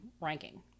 ranking